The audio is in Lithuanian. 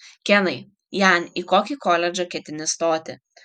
kenai jan į kokį koledžą ketini stoti